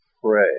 pray